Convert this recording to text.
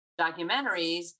documentaries